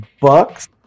Bucks